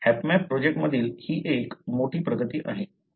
तर हॅपमॅप प्रोजेक्टमधील ही एक मोठी प्रगती आहे